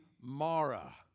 Mara